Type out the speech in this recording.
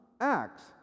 Acts